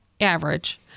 average